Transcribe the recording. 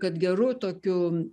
kad geru tokiu